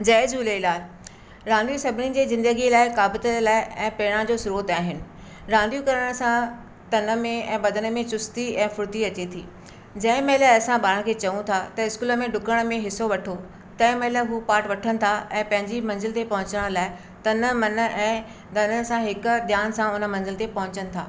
जय झूलेलाल रांदियूं सभिनी जे जिंदगीअ लाइ क़ाबिलियत जे लाइ ऐं पहिरियां जो स्त्रोत आहिनि रांदियूं करण सां तन में ऐं बदन में चुस्ती ऐं फुर्ती अचे थी जंहिं महिल असां ॿारनि खे चऊं था त स्कूल में ॾुकण खे हिसो वठो तंहिं महिल उहे पाट वठनि था ऐं पंहिंजी मंज़िल ते पहुंचण लाइ तन मन ऐं धन सां हिकु ध्यान सां हुन मंजिल ते पहुचनि था